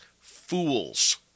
fools